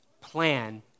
plan